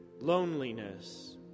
loneliness